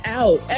out